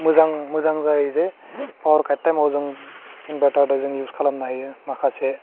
मोजां मोजां जायोजे पावार कार्ड टाइमआव जों इनभाटार जों इउस खालामनो हायो माखासे